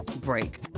break